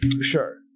Sure